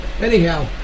anyhow